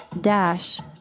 dash